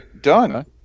Done